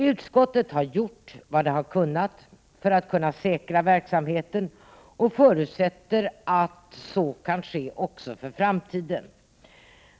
Utskottet har gjort vad det har kunnat för att säkra verksamheten och förutsätter att så kan ske också för framtiden.